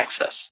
access